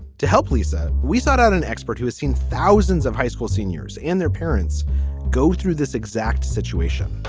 to help lisa we sought out an expert who has seen thousands of high school seniors and their parents go through this exact situation